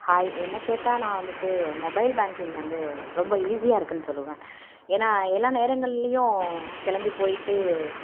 hi என்னை கேட்டால் நான் வந்துட்டு மொபைல் பேங்கிங் வந்து ரொம்ப ஈஸியாக இருக்குனு சொல்லுவேன் ஏன்னால் எல்லா நேரங்களிலும் கிளம்பி போயிட்டு